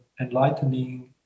enlightening